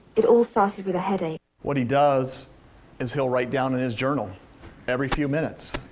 it all started with a headache. what he does is he'll write down in his journal every few minutes,